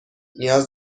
نیاز